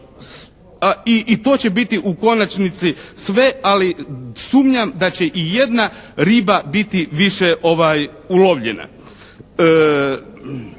i to će biti u konačnici sve ali sumnjam da će i jedna riba biti više ulovljena.